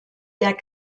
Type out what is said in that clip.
der